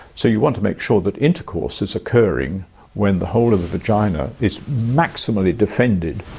so you want to make sure that intercourse is occurring when the whole of the vagina is maximally defended.